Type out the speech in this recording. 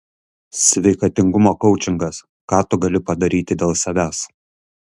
sveikatingumo koučingas ką tu gali padaryti dėl savęs